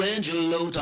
Angelo